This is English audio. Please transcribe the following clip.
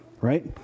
right